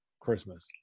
Christmas